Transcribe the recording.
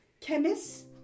Chemist